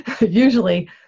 Usually